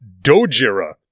Dojira